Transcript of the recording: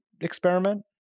experiment